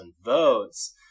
votes